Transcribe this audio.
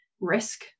risk